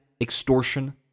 extortion